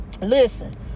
listen